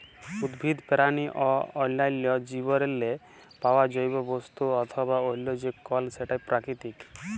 উদ্ভিদ, পেরানি অ অল্যাল্য জীবেরলে পাউয়া জৈব বস্তু অথবা অল্য যে কল সেটই পেরাকিতিক